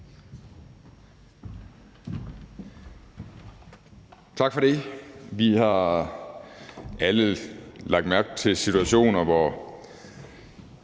Tak for det. Vi har alle lagt mærke til situationer, hvor